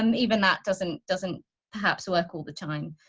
um even that doesn't. doesn't perhaps work all the time.